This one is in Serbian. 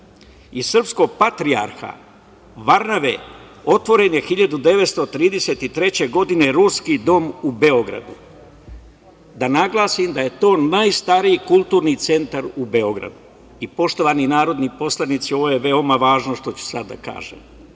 i srpskog patrijarha Varnave otvoren 1933. Ruski dom u Beogradu. To je najstariji kulturni centar u Beogradu. Poštovani narodni poslanici, ovo je veoma važno što ću sada da kažem